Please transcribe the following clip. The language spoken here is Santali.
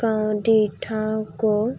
ᱠᱟᱹᱣᱰᱤ ᱴᱷᱟᱶᱠᱚ